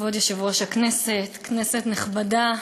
כבוד יושב-ראש הכנסת, כנסת נכבדה,